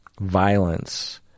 violence